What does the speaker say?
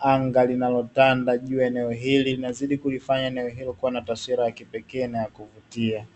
anga linalotanda juu ya eneo hili linazidi kulifanya eneo hilo kuwa na taswira ya kipekee na ya kuvutia.